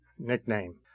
nickname